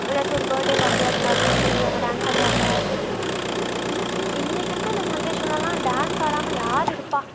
ஏதாச்சும் ஒரு படே பார்ட்டியாக இருந்தாலும் சரி அங்கே டான்ஸ் ஆடுவாங்க இந்த இன்னைக்கு இருக்க இந்த ஜென்ட்ரேஷன்லலாம் டான்ஸ் ஆடாமல் யார் இருப்பா